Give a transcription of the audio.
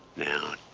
now,